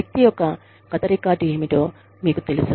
వ్యక్తి యొక్క గత రికార్డు ఏమిటో మీకు తెలుసు